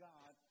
God